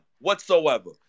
whatsoever